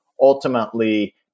ultimately